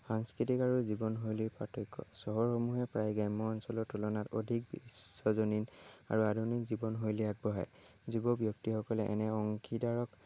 সাংস্কৃতিক আৰু জীৱনশৈলী পাৰ্থক্য চহৰসমূহে প্ৰায় গ্ৰাম্য অঞ্চলৰ তুলনাত অধিক বিশ্বজনীন আৰু আধুনিক জীৱনশৈলী আগবঢ়ায় যুৱ ব্যক্তিসকলে এনে অংশীদাৰক